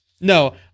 No